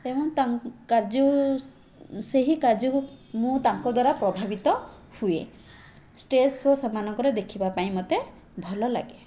ଏବଂ ତାଙ୍କ କାର୍ଯ୍ୟ ସେହି କାର୍ଯ୍ୟକୁ ମୁଁ ତାଙ୍କ ଦ୍ଵାରା ପ୍ରଭାବିତ ହୁଏ ଷ୍ଟେଜ୍ ସୋ ସେମାନଙ୍କର ଦେଖିବାପାଇଁ ମୋତେ ଭଲଲାଗେ